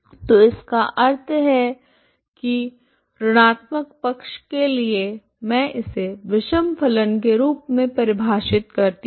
तो इसका अर्थ है कि ऋणात्मक पक्ष के लिए मैं इसे विषम फलन के रूप में परिभाषित करती हूं